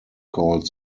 called